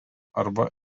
arba